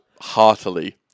heartily